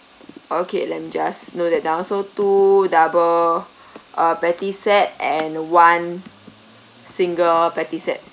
okay let me just note that down so two double uh patty set and one single patty set